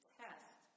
test